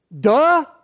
Duh